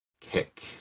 Kick